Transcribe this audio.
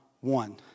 one